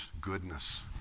goodness